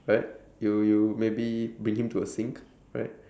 right you you maybe bring him to a sink right